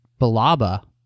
Balaba